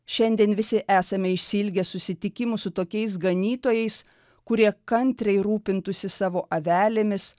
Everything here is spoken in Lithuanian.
šiandien visi esame išsiilgę susitikimų su tokiais ganytojais kurie kantriai rūpintųsi savo avelėmis